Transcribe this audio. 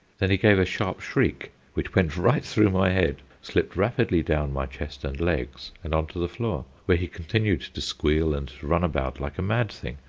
then he gave a sharp shriek, which went right through my head, slipped rapidly down my chest and legs and on to the floor, where he continued to squeal and to run about like a mad thing,